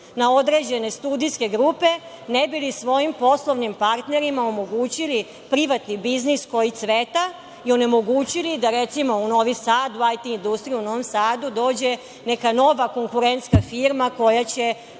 na određene studijske grupe, ne bi li svojim poslovnim partnerima omogućili privatni biznis koji cveta, i onemogućili da, recimo, u Novi Sad, u IT industriju u Novom Sadu dođe neka nova konkurentska firma koja će